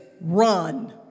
run